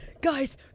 guys